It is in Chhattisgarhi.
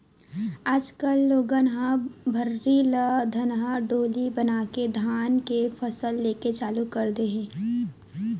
आज कल लोगन ह भर्री ल धनहा डोली बनाके धान के फसल लेके चालू कर दे हे